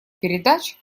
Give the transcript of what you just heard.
передач